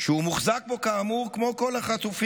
הוא מוחזק בו, כאמור, כמו כל החטופים